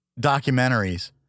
documentaries